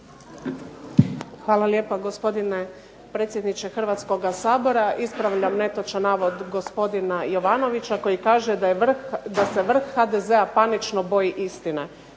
Hvala lijepo gospodine predsjedniče Hrvatskoga sabora. Ispravljam netočan navod gospodina Jovanovića koji kaže da se vrh HDZ-a panično boji istine.